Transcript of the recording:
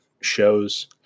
shows